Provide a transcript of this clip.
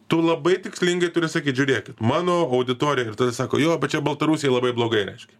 tu labai tikslingai turi sakyt žiūrėkit mano auditorija ir tada sako jo bet čia baltarusiai labai blogai reiškia